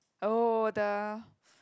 oh the